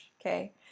okay